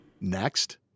Next